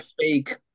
fake